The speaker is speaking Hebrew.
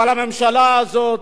אבל הממשלה הזאת,